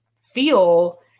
feel